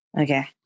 Okay